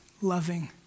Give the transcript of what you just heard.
loving